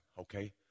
okay